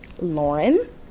Lauren